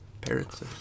Parrots